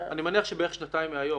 אני מניח שבערך שנתיים מהיום.